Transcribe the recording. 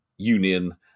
union